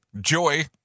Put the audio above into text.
Joy